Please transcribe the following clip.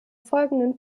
folgenden